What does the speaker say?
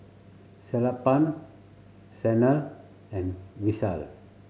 Sellapan Sanal and Vishal